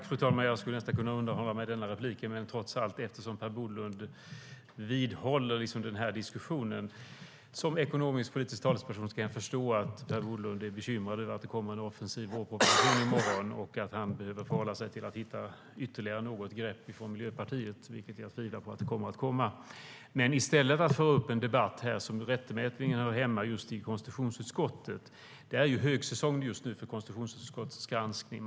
Fru talman! Jag skulle nästan kunna låta bli att hålla detta inlägg. Men trots allt vidhåller Per Bolund denna diskussion. Jag kan förstå att han som ekonomiskpolitisk talesperson är bekymrad över att det kommer en offensiv vårproposition i morgon och att han behöver förhålla sig till att hitta ytterligare något grepp från Miljöpartiet, vilket jag tvivlar på kommer att komma. Per Bolund tar upp en debatt här som rättmätigt hör hemma i konstitutionsutskottet. Det är högsäsong just nu för konstitutionsutskottets granskning.